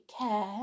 care